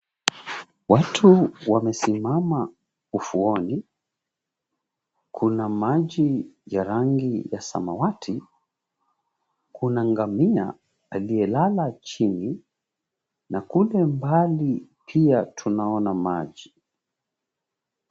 Watu wamesimama ufuoni, kuna maji ya rangi ya samawati, kuna ngamia alielala chini na kule mbaali pia tunaona maji.